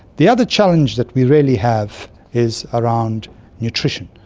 the other challenge that we really have is around nutrition.